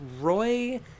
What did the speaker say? Roy